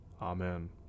Amen